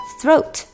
Throat